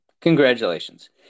Congratulations